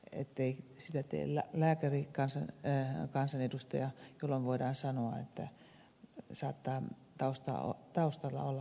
henriksson teki sen ettei sitä tee lääkärikansanedustaja jolloin voidaan sanoa että saattavat taustalla olla jotkut muut vaikuttimet kuin ihmisten auttaminen